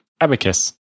abacus